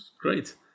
great